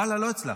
וואלה, לא הצלחתי.